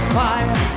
fire